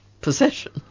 possession